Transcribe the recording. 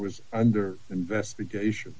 was under investigation